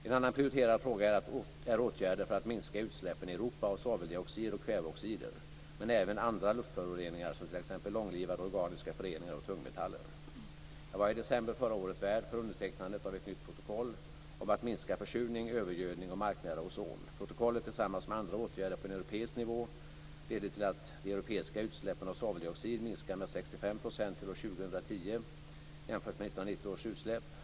En annan prioriterad fråga är åtgärder för att minska utsläppen i Europa av svaveldioxid och kväveoxider, men även andra luftföroreningar som t.ex. långlivade organiska föroreningar och tungmetaller. Jag var i december förra året värd för undertecknandet av ett nytt protokoll om att minska försurning, övergödning och marknära ozon. Protokollet, tillsammans med andra åtgärder på en europeisk nivå, leder till att de europeiska utsläppen av svaveldioxid minskar med 65 % till år 2010 jämfört med 1990 års utsläpp.